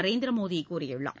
நரேந்திரமோடிகூறியுள்ளார்